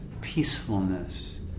peacefulness